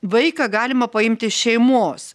vaiką galima paimti šeimos